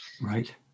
Right